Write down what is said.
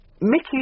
Mickey